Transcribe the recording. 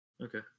Okay